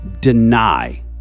deny